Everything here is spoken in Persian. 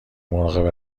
مراقب